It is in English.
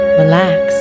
relax